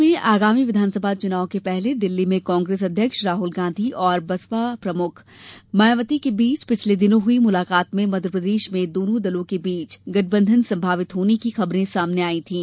प्रदेश में आगामी विधानसभा चुनाव के पहले दिल्ली में कांग्रेस अध्यक्ष राहुल गांधी और बसपा प्रमुख मायावती के बीच पिछले दिनों हुई मुलाकात में मध्यप्रदेश में दोनों दलों के बीच गठबंधन संभावित होने की खबरें सामने आई थीं